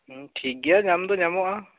ᱴᱷᱤᱠ ᱜᱮᱭᱟ ᱧᱟᱢ ᱫᱚ ᱧᱟᱢᱚᱜᱼᱟ